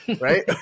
right